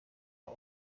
uba